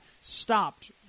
stopped